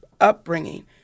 upbringing